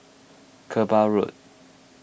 Kerbau Road